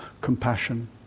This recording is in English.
compassion